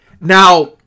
Now